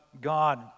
God